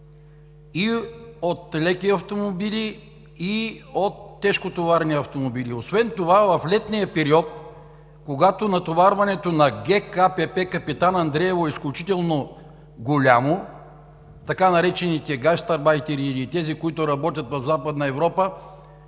и от леки автомобили, и от тежкотоварни автомобили. Освен това в летния период, когато натоварването на ГКПП „Капитан Андреево“ е изключително голямо – така наречените гастарбайтери, или тези, които работят в Западна Европа,